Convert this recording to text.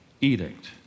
edict